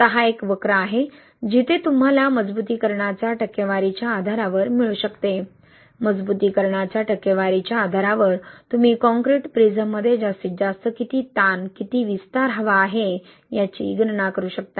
आता हा एक वक्र आहे जिथे तुम्हाला मजबुतीकरणाच्या टक्केवारीच्या आधारावर मिळू शकते मजबुतीकरणाच्या टक्केवारीच्या आधारावर तुम्ही कंक्रीट प्रिझममध्ये जास्तीत जास्त किती ताण किती विस्तार हवा आहे याची गणना करू शकता